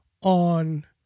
on